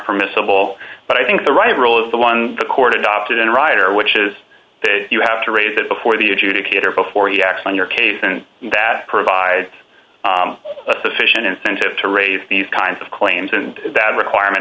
permissible but i think the right role is the one the court adopted in ryder which is that you have to raise that before the adjudicator before he acts on your case and that provides a sufficient incentive to raise these kinds of claims and that requirement